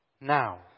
Now